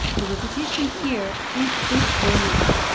the repetition here is this formula.